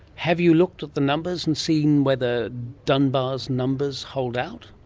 have you looked at the numbers and seen whether dunbar's numbers hold out?